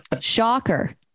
Shocker